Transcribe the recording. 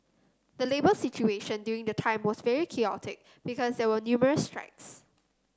the labour situation during the time was very chaotic because there were numerous strikes